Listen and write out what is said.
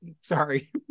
Sorry